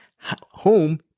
home